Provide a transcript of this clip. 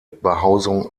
behausung